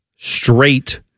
Straight